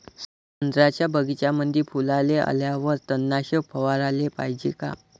संत्र्याच्या बगीच्यामंदी फुलाले आल्यावर तननाशक फवाराले पायजे का?